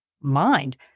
mind